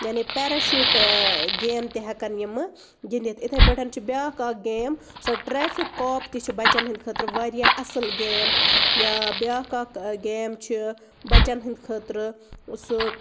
یعنی parachute game تہِ ہٮ۪کَن یِمہٕ گِنٛدِتھ اِتھَے پٲٹھۍ چھِ بیٛاکھ اَکھ گیم سۄ ٹرٛٮ۪فِک کاپ تہِ چھِ بَچَن ہِنٛد خٲطرٕ واریاہ اَصٕل گیم یا بیٛاکھ اَکھ گیم چھِ بَچَن ہٕنٛد خٲطرٕ سُہ